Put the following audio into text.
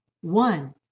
One